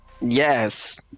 Yes